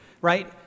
right